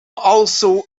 also